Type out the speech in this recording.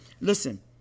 listen